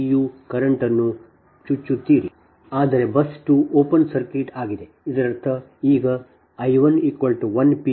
u current ಅನ್ನು ಚುಚ್ಚುತ್ತೀರಿ ಆದರೆ ಬಸ್ 2 ಓಪನ್ ಸರ್ಕ್ಯೂಟ್ ಆಗಿದೆ ಇದರರ್ಥ ಈ I 1 1 p